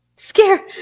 Scare